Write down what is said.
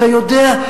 אתה יודע,